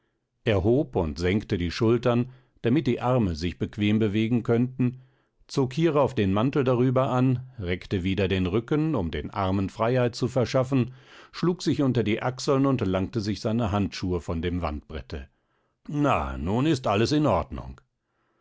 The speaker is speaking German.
hob und senkte die schultern damit die arme sich bequem bewegen könnten zog hierauf den mantel darüber an reckte wieder den rücken um den armen freiheit zu verschaffen schlug sich unter die achseln und langte sich seine handschuhe von dem wandbrette na nun ist alles in ordnung